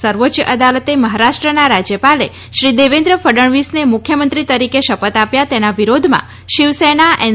સર્વોચ્ય અદાલતે મહારાષ્ટ્રના રાજ્યપાલે શ્રી દેવેન્દ્ર ફડણવીસને મુખ્યમંત્રી તરીકે શપથ આપ્યા તેના વિરોધમાં શિવસેના એન